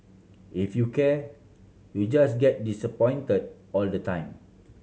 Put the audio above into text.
if you care you just get disappoint all the time